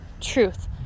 truth